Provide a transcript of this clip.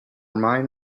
mine